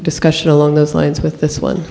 discussion along those lines with this one